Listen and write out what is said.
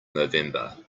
november